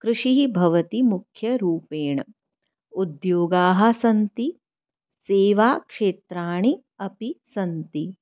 कृषिः भवति मुख्यरूपेण उद्योगाः सन्ति सेवाक्षेत्राणि अपि सन्ति